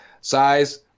size